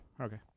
Okay